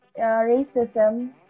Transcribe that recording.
racism